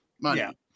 money